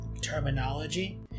terminology